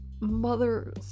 mother's